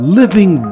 living